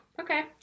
Okay